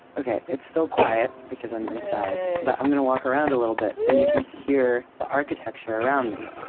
okay, it's still quiet because i'm inside, but i'm going to walk around a little bit so you can hear the architecture around me.